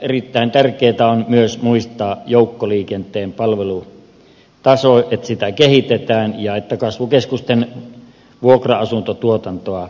erittäin tärkeää on myös muistaa joukkoliikenteen palvelutaso että sitä kehitetään ja että kasvukeskusten vuokra asuntotuotantoa edistetään